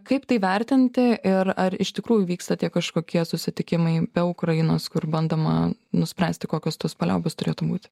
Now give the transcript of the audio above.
kaip tai vertinti ir ar iš tikrųjų vyksta tie kažkokie susitikimai be ukrainos kur bandoma nuspręsti kokios tos paliaubos turėtų būti